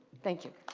thank you.